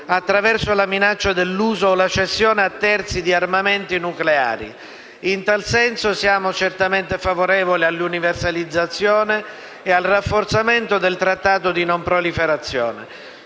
attraverso la minaccia dell'uso o la cessione a terzi di armamenti nucleari. In tal senso siamo certamente favorevoli all'universalizzazione e al rafforzamento del Trattato di non proliferazione,